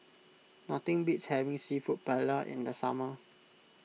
nothing beats having Seafood Paella in the summer